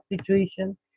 situation